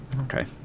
Okay